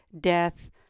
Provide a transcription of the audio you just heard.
death